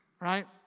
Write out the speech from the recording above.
right